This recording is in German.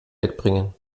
wegbringen